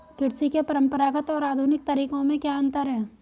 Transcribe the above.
कृषि के परंपरागत और आधुनिक तरीकों में क्या अंतर है?